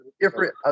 different